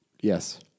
Yes